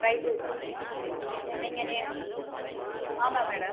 drive okay ma'am நீங்கள் நே ஆமா மேடம்